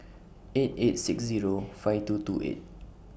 eight eight six Zero five two two eight